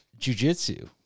jujitsu